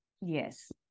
yes